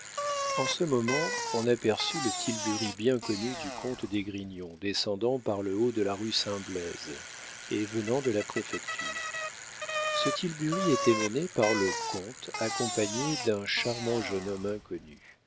en ce moment on aperçut le tilbury bien connu du comte d'esgrignon descendant par le haut de la rue saint blaise et venant de la préfecture ce tilbury était mené par le comte accompagné d'un charmant jeune homme inconnu